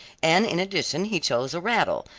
and in addition he chose a rattle,